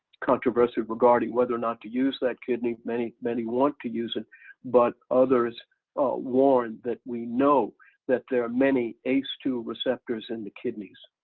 controversy regarding whether or not to use that kidney. many many want to use it but others warn that we know that there are many ace two receptors in kidneys.